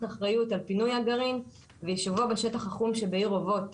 אחריות על פינוי הגרעין ויישובו בשטח החום שבעיר אובות.